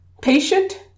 Patient